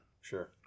Sure